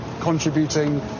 contributing